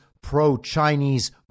pro-Chinese